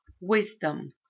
wisdom